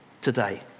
today